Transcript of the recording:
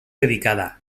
dedicada